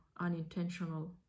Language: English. unintentional